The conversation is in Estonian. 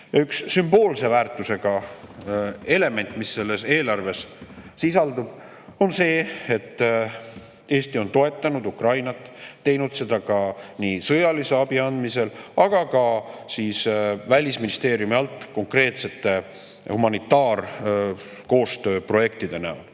Üks sümboolse väärtusega element, mis selles eelarves sisaldub, on see. Eesti on toetanud Ukrainat, teinud seda sõjalise abi andmisel, aga ka Välisministeeriumi alt konkreetsete humanitaarkoostööprojektide näol.